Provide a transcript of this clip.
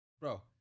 bro